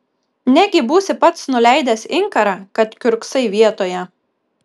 negi būsi pats nuleidęs inkarą kad kiurksai vietoje